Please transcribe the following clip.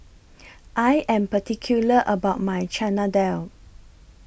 I Am particular about My Chana Dal